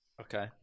Okay